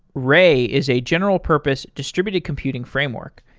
ray is a general purpose distributed computing framework.